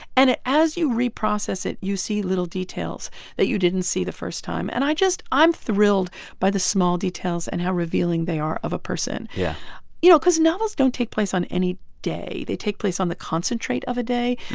and as you reprocess it, you see little details that you didn't see the first time. and i just i'm thrilled by the small details and how revealing they are of a person. yeah you know, because novels don't take place on any day. they take place on the concentrate of a day.